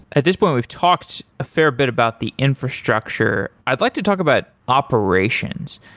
at this point we've talked a fair bit about the infrastructure. i'd like to talk about operations.